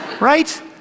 Right